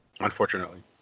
Unfortunately